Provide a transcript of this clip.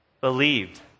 believed